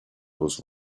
was